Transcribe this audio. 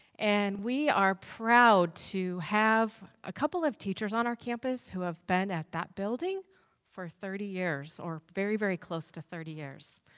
and we are proud to have a couple of teachers on our campus who have been at that building for thirty years. or very, very close to thirty years.